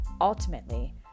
Ultimately